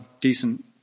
decent